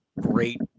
great